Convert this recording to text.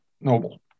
noble